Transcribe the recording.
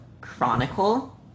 Chronicle